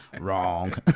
wrong